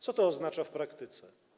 Co to oznacza w praktyce?